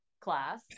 class